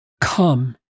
come